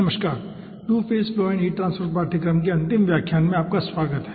नमस्कार two phase flow and heat transfer पाठ्यक्रम के अंतिम व्याख्यान में आपका स्वागत है